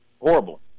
Horrible